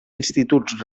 instituts